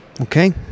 okay